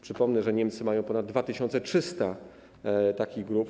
Przypomnę, że Niemcy mają ponad 2300 takich grup.